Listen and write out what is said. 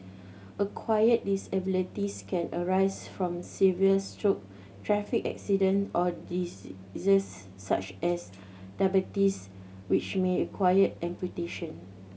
acquired disabilities can arise from severe stroke traffic accident or diseases such as diabetes which may require amputation